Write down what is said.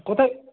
কোথায়